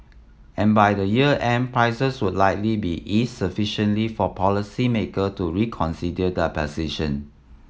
and by the year end prices would likely be eased sufficiently for policymaker to reconsider their position